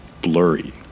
blurry